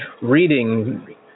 reading